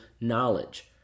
knowledge